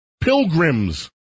pilgrims